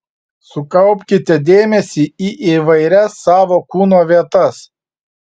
sukaupkite dėmesį į įvairias savo kūno vietas